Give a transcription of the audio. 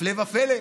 הפלא ופלא,